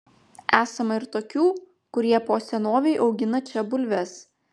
esama ir tokių kurie po senovei augina čia bulves